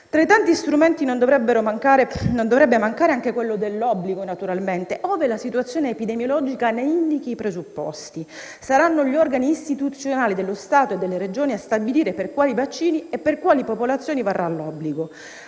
Tra i tanti strumenti non dovrebbe mancare anche quello dell'obbligo, naturalmente, ove la situazione epidemiologica ne indichi i presupposti. Saranno gli organi istituzionali dello Stato e delle Regioni a stabilire per quali vaccini e per quali popolazioni varrà l'obbligo.